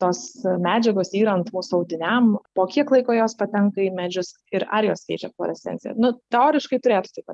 tos medžiagos yrant mūsų audiniam po kiek laiko jos patenka į medžius ir ar jos keičia fluorescenciją nu teoriškai turėtų taip atsitikti